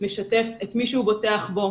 משתף את מי שהוא בוטח בו,